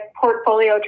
portfolio